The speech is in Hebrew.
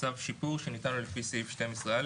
צו שיפור שניתן לו לפי סעיף 12א,